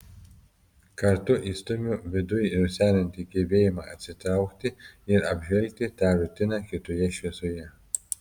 kartu išstumiu viduj rusenantį gebėjimą atsitraukti ir apžvelgti tą rutiną kitoje šviesoje